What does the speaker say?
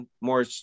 more